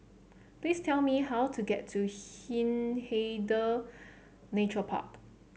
please tell me how to get to Hindhede Nature Park